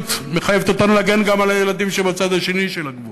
המציאות מחייבת אותנו להגן גם על הילדים שבצד השני של הגבול,